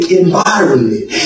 environment